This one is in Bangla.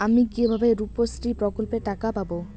আমি কিভাবে রুপশ্রী প্রকল্পের টাকা পাবো?